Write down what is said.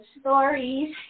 stories